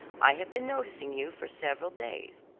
i have been noticing you for several days.